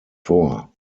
vor